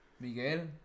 Miguel